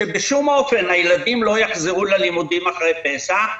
שבשום אופן הילדים לא יחזרו ללימודים אחרי פסח,